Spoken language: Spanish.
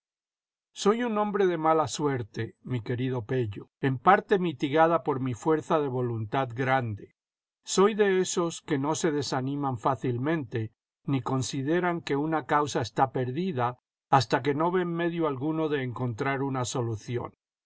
soy un hombre de iala suerte mi querido pello en parte mitigada por mi fuerza de voluntad grande soy de esos que no se desaniman fácilmente ni consideran que una causa esta perdida hasta que no ven medio alguno de encontrar una solución